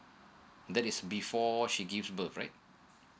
that is before she gives birth right